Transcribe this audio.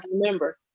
remember